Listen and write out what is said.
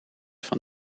van